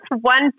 one